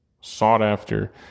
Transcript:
sought-after